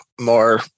more